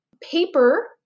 Paper